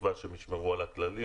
בתקווה שהם ישמרו על הכללים,